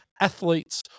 athletes